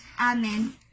Amen